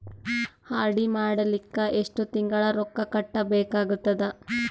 RD ಮಾಡಲಿಕ್ಕ ಎಷ್ಟು ತಿಂಗಳ ರೊಕ್ಕ ಕಟ್ಟಬೇಕಾಗತದ?